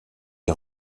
est